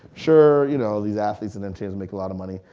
sure, you know these athletes and entertainers make a lot of money,